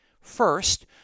First